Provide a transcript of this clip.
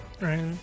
Right